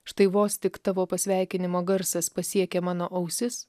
štai vos tik tavo pasveikinimo garsas pasiekė mano ausis